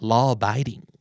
Law-abiding